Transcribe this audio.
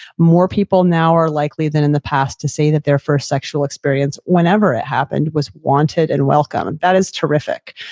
more people now are likely than in the past to say that their first sexual experience whenever it happened was wanted and welcome. that is terrific.